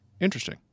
Interesting